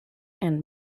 and